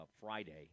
Friday